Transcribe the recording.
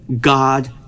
God